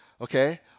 okay